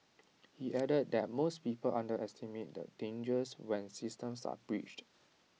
he added that most people underestimate the dangers when systems are breached